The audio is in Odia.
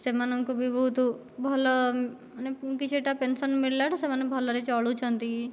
ସେମାନଙ୍କୁ ବି ବହୁତ ଭଲ ମାନେ କିଛିଟା ପେନ୍ସନ୍ ମିଳିଲାଠାରୁ ସେମାନେ ଭଲରେ ଚଳୁଛନ୍ତି